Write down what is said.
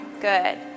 good